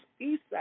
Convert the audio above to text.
east